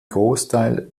großteil